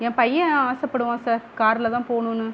என் பையன் ஆசைப்படுவான் காரில் தான் போகணுன்னு